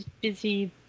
busy